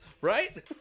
Right